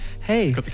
hey